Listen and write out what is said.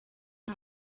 nta